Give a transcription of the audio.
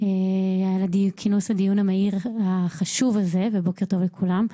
על כינוס הדיון המהיר החשוב הזה ובוקר טוב לכולם.